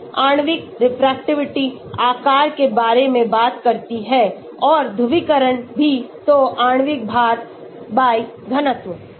आणविक रेफ्रेक्टिविटी आकार के बारे में बात करती है और ध्रुवीकरण भी तो आणविक भार घनत्व